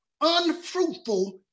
unfruitful